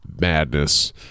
madness